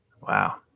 wow